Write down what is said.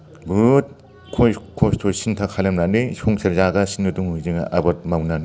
बहुत खस्थ' सिनथा खालामनानै संसार जागासिनो दङ जोङो आबाद मावनानै